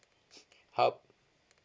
how ab~